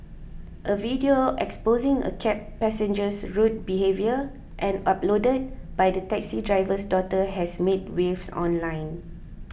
a video exposing a cab passenger's rude behaviour and uploaded by the taxi driver's daughter has made waves online